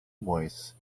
voice